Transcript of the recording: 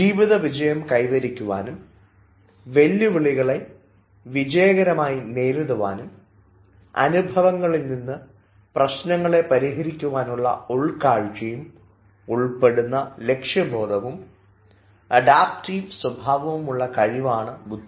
ജീവിത വിജയം കൈവരിക്കുവാനും വെല്ലുവിളികളെ വിജയകരമായി നേരിടുവാനും അനുഭവങ്ങളിൽനിന്ന് പ്രശ്നങ്ങളെ പരിഹരിക്കുവാനുള്ള ഉൾക്കാഴ്ചയും ഉൾപ്പെടുന്ന ലക്ഷ്യബോധവും അഡാപ്റ്റീവ് സ്വഭാവവുമുള്ള കഴിവാണ് ബുദ്ധി